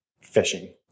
fishing